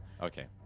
Okay